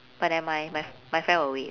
but never mind my my friend will wait